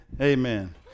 Amen